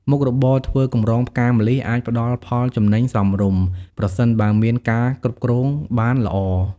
មុខរបរធ្វើកម្រងផ្កាម្លិះអាចផ្ដល់ផលចំណេញសមរម្យ ប្រសិនបើមានការគ្រប់គ្រងបានល្អ។